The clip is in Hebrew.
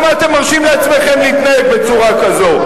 למה אתם מרשים לעצמכם להתנהג בצורה כזאת?